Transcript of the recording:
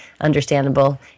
understandable